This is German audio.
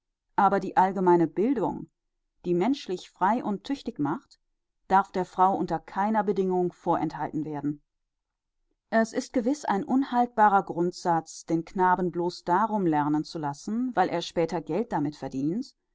aber die allgemeine bildung die menschlich frei und tüchtig macht darf der frau unter keiner bedingung vorenthalten werden es ist gewiß ein unhaltbarer grundsatz den knaben bloß darum lernen zu lassen weil er später geld damit verdient